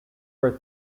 were